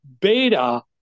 beta